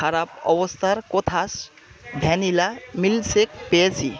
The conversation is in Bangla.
খারাপ অবস্থার কোথাস ভ্যানিলা মিল্কশেক পেয়েছি